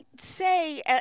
say